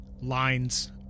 lines